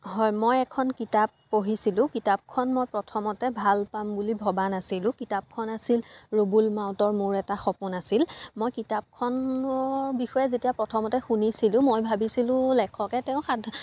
হয় মই এখন কিতাপ পঢ়িছিলোঁ কিতাপখন মই প্ৰথমতে ভাল পাম বুলি ভবা নাছিলোঁ কিতাপখন আছিল ৰুবুল মাউতৰ মোৰ এটা সপোন আছিল মই কিতাপখনৰ বিষয়ে যেতিয়া প্ৰথমতে শুনিছিলোঁ মই ভাবিছিলোঁ লেখকে তেওঁ সাধা